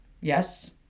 Yes